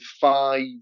five